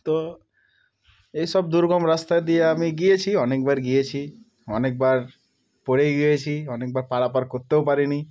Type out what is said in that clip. তো এইসব দুর্গম রাস্তা দিয়ে আমি গিয়েছি অনেকবার গিয়েছি অনেকবার পড়ে গিয়েছি অনেকবার পারাপার করতেও পারিনি